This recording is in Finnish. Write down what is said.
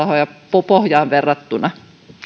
arvorahoja pohjaan verrattuna vielä